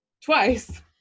twice